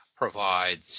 provides